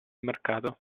mercato